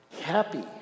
happy